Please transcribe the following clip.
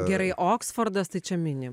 gerai oksfordas tai čia minim